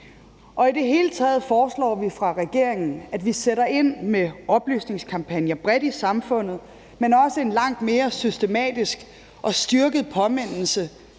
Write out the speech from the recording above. I det hele taget foreslår vi fra regeringens side, at vi sætter ind med oplysningskampagner bredt i samfundet, men også med en langt mere systematisk og styrket påmindelse